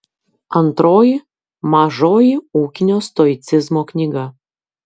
antroji mažoji ūkinio stoicizmo knyga